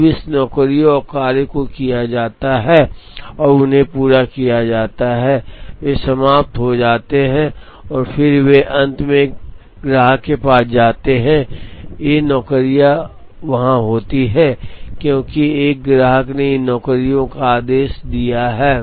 अब इन नौकरियों और कार्यों को किया जाता है और उन्हें पूरा किया जाता है वे समाप्त हो जाते हैं और फिर वे अंततः एक ग्राहक के पास जाते हैं ये नौकरियां वहां होती हैं क्योंकि एक ग्राहक ने इन नौकरियों का आदेश दिया है